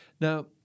Now